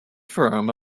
firm